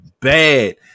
bad